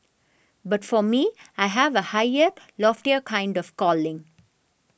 but for me I have a higher loftier kind of calling